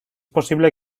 posible